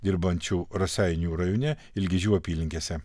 dirbančių raseinių rajone ilgižių apylinkėse